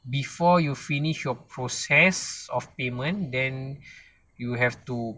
before you finish your process of payment then you have to